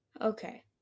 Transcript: Okay